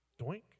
doink